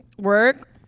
Work